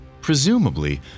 Presumably